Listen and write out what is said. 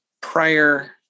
prior